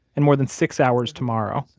and more than six hours tomorrow,